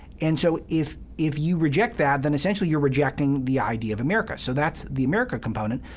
and so if if you reject that, then essentially you're rejecting the idea of america. so that's the america component.